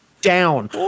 down